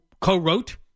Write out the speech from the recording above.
co-wrote